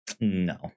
no